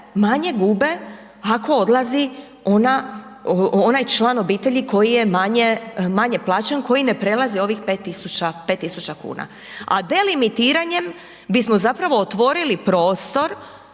manje gube ako odlazi ona, onaj član obitelji koji je manje, manje plaćen, koji ne prelazi ovih 5.000,00 kuna. A delimiriranjem bismo zapravo otvorili prostor